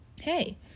hey